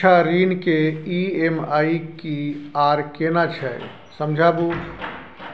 शिक्षा ऋण के ई.एम.आई की आर केना छै समझाबू?